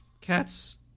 Cats